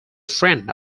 friend